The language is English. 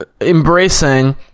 embracing